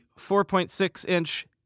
4.6-inch